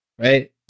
right